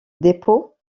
dépôt